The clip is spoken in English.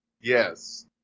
yes